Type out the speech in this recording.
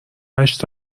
هشت